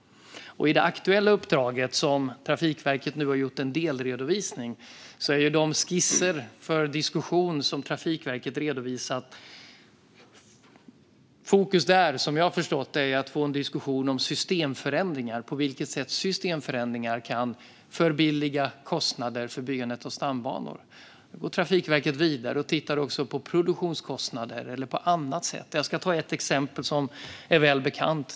I det aktuella uppdraget, som Trafikverket nu har delredovisat, är fokus att få en diskussion om på vilket sätt systemförändringar kan förbilliga kostnader för byggandet av stambanor. Nu går Trafikverket vidare och tittar på bland annat produktionskostnader. Låt mig ta ett välbekant exempel.